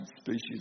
species